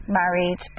married